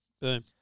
Boom